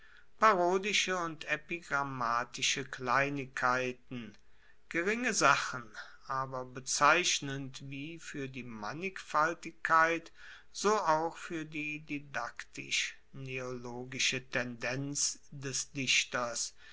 parodische und epigrammatische kleinigkeiten geringe sachen aber bezeichnend wie fuer die mannigfaltigkeit so auch fuer die didaktisch neologische tendenz des dichters